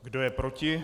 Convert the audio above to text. Kdo je proti?